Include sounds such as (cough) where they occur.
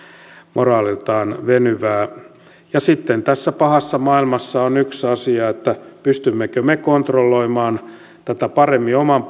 moraaliltaan venyvää sitten tässä pahassa maailmassa on yksi asia se pystymmekö me kontrolloimaan tätä paremmin oman (unintelligible)